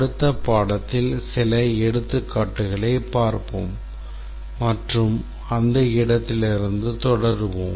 அடுத்த பாடத்தில் சில எடுத்துக்காட்டுகளைப் பார்ப்போம் மற்றும் அந்த இடத்திலிருந்து தொடருவோம்